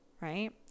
right